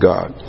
God